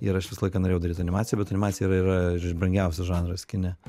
ir aš visą laiką norėjau daryt animaciją bet animacija yra brangiausias žanras kine